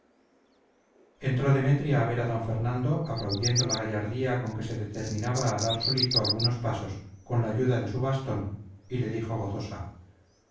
entró demetria a ver a d fernando aplaudiendo la gallardía con que se determinaba a dar solito algunos pasos con la ayuda de su bastón y le dijo gozosa